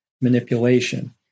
manipulation